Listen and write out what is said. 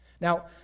Now